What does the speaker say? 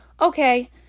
okay